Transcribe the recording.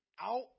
Out